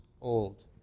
old